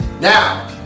now